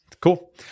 Cool